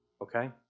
okay